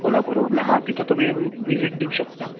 कोल्हापूर रोडला हां तिथं तुम्ही विजिट देऊ शकता